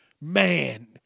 Man